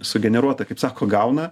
sugeneruotą kaip sako gauna